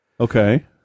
Okay